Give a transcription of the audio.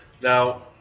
now